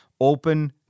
open